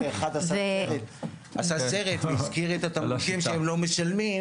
כן אבל אחד עשה סרט והזכיר את התמלוגים שהם לא משלמים,